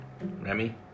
Remy